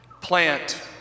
Plant